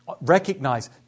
recognize